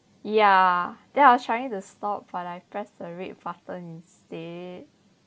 ya then I was trying to stop for like press the red button instead